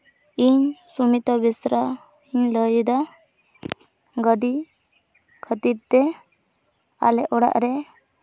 ᱤᱧ ᱥᱩᱢᱤᱛᱟ ᱵᱮᱥᱨᱟᱧ ᱞᱟᱹᱭᱫᱟ ᱜᱟᱹᱰᱤ ᱠᱷᱟᱹᱛᱤᱨ ᱛᱮ ᱟᱞᱮ ᱚᱲᱟᱜ ᱨᱮ